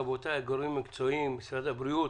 רבותיי, משרד הבריאות